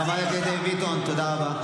חברת הכנסת דבי ביטון, תודה רבה.